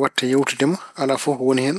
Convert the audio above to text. waɗta yeewtude ma. Alaa fof ko woni hen.